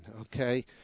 okay